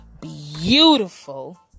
beautiful